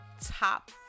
top